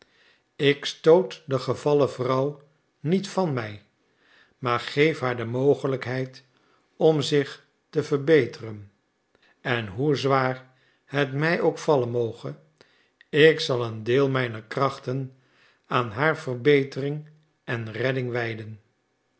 ik stoot de gevallen vrouw niet van mij maar geef haar de mogelijkheid om zich te verbeteren en hoe zwaar het mij ook vallen moge ik zal een deel mijner krachten aan haar verbetering en redding wijden